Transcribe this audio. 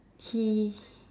he